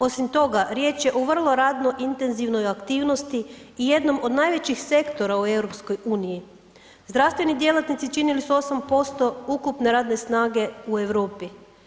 Osim toga, riječ je vrlo radno intenzivnoj aktivnosti i jednom od najvećih sektora u EU-i. zdravstveni djelatnici činili su 8% ukupne radne snage u Europi.